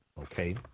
okay